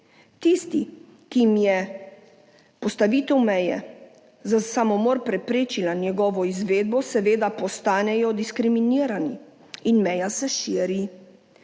Tisti, ki jim je postavitev meje za samomor preprečila njegovo izvedbo, seveda postanejo diskriminirani in meja se širi.